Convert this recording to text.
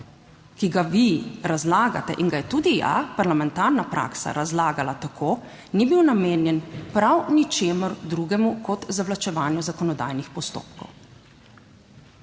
ki ga vi razlagate in ga je tudi, ja, parlamentarna praksa razlagala tako, ni bil namenjen prav ničemur drugemu kot zavlačevanju zakonodajnih postopkov.